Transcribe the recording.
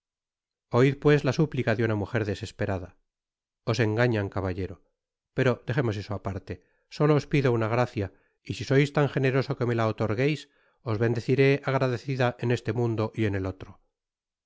oid pues la súplica de una mujer desesperada os engañan caballero pero dejemos eso aparte solo os pido una gracia y si sois tan generoso que me la otorgueis os bendeciré agradecida en este mundo y en el otro